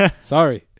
Sorry